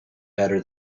better